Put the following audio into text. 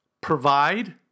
provide